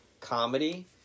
comedy